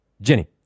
Jenny